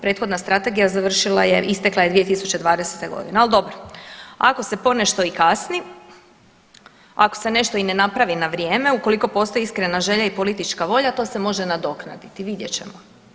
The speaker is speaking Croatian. Prethodna Strategija završila, istekla je 2020. godine, ali dobro, ako se ponešto i kasni, ako se nešto i ne napravi na vrijeme, ukoliko postoji iskrena želja i politička volja, to se može nadoknaditi, vidjet ćemo.